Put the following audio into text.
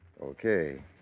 Okay